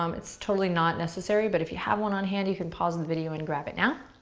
um it's totally not necessary, but if you have one on hand, you can pause the video and grab it now.